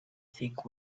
think